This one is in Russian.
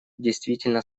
действительно